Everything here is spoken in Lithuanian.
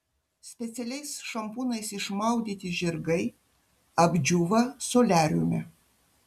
specialiais šampūnais išmaudyti žirgai apdžiūva soliariume